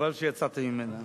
חבל שיצאתם ממנה.